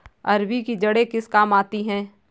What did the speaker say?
अरबी की जड़ें किस काम आती हैं?